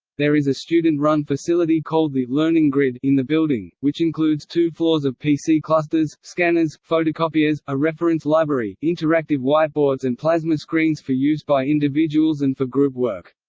there is a student-run facility called the learning grid in the building, which includes two floors of pc clusters, scanners, photocopiers, a reference library, interactive whiteboards and plasma screens for use by individuals and for group work.